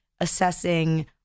assessing